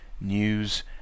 news